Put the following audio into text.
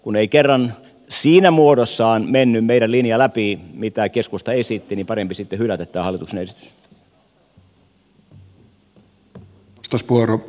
kun ei kerran siinä muodossaan mennyt meidän linjamme läpi mitä keskusta esitti niin parempi sitten hylätä tämä hallituksen esitys